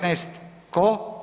19, tko?